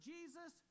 Jesus